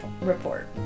report